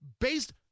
Based